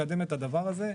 לקדם את הדבר הזה.